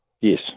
Yes